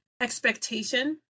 expectation